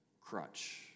crutch